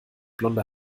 blonde